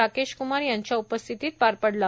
राकेश क्मार यांच्या उपस्थितीत पार पडले